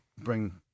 bring